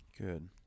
Good